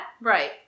Right